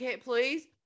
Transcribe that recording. please